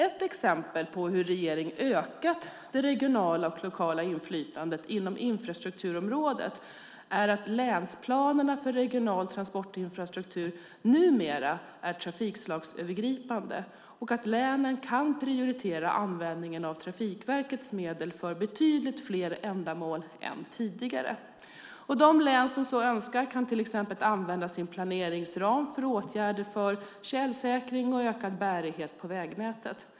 Ett exempel på hur regeringen ökat det regionala och lokala inflytandet inom infrastrukturområdet är att länsplanerna för regional transportinfrastruktur numera är trafikslagsövergripande och att länen kan prioritera användningen av Trafikverkets medel för betydligt fler ändamål än tidigare. Det län som så önskar kan till exempel använda sin planeringsram för åtgärder för tjälsäkring och ökad bärighet på vägnätet.